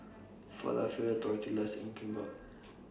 Falafel Tortillas and Kimbap